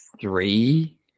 three